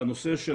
הנושא של